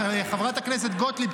חברת הכנסת גוטליב,